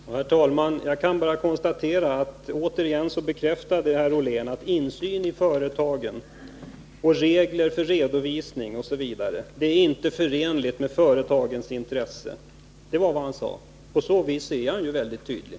Herr talman! Jag bara konstaterar att återigen bekräftade herr Ollén att insyn i företagen, regler för redovisning osv. är inte förenligt med företagens intressen. Det var vad han sade. På så vis är han väldigt tydlig.